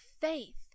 faith